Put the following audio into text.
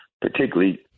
particularly